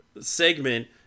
segment